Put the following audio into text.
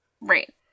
Right